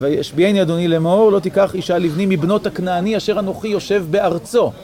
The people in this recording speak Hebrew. וישביעיני אדוני לאמור לא תיקח אישה לבנים מבנות הכנעני אשר אנוכי יושב בארצו